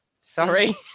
sorry